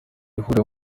ihuriro